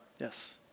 Yes